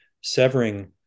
severing